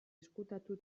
ezkutatu